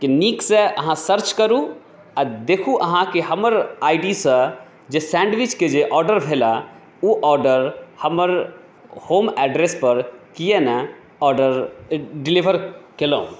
के नीकसँ अहाँ सर्च करू आओर देखू अहाँ कि हमर आइ डी सँ जे सैन्डविचके जे ऑर्डर भेल है ओ ऑर्डर हमर होम एड्रेसपर किए नहि ऑर्डर डिलिवर केलहुँ